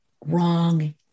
wrong